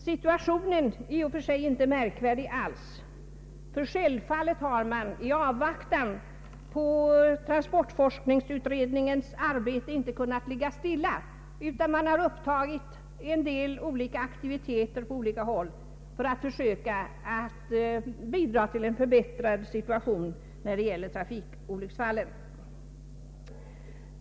Situationen är i och för sig inte märkvärdig alls, ty självfallet har man i avvaktan på transport forskningsutredningens arbete inte kunnat ligga stilla, utan man har upptagit aktiviteter på olika håll för att försöka bidra till en förbättrad situation när det gäller trafikolycksfallen.